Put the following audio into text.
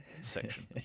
section